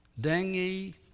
dengue